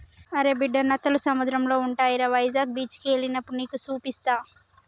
అరే బిడ్డా నత్తలు సముద్రంలో ఉంటాయిరా వైజాగ్ బీచికి ఎల్లినప్పుడు నీకు సూపిస్తా